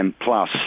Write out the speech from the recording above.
plus